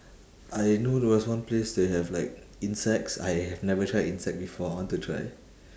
I know there was one place they have like insects I have never tried insect before I want to try